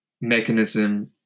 mechanism